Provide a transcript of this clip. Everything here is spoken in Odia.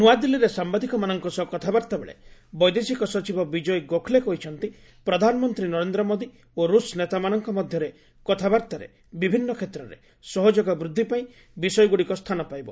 ନୂଆଦିଲ୍ଲୀରେ ସାମ୍ବାଦିକମାନଙ୍କ ସହ କଥାବାର୍ତ୍ତା ବେଳେ ବୈଦେଶିକ ସଚିବ ବିଜୟ ଗୋଖଲେ କହିଛନ୍ତି ପ୍ରଧାନମନ୍ତ୍ରୀ ନରେନ୍ଦ୍ର ମୋଦୀ ଓ ରୁଷ ନେତାମାନଙ୍କ ମଧ୍ୟରେ କଥାବାର୍ତ୍ତାରେ ବିଭିନ୍ନ କ୍ଷେତ୍ରରେ ସହଯୋଗ ବୃଦ୍ଧି ପାଇଁ ବିଷୟଗୁଡ଼ିକ ସ୍ଥାନ ପାଇବ